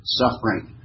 suffering